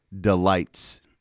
delights